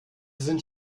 sind